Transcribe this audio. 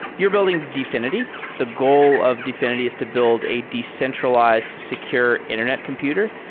you're building dfinity. the goal of dfinity is to build a decentralized secure internet computer.